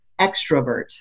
extrovert